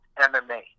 MMA